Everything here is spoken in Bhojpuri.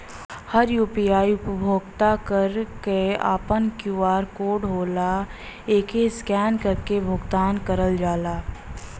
हर यू.पी.आई उपयोगकर्ता क आपन क्यू.आर कोड होला एके स्कैन करके भुगतान करल जाला